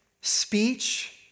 speech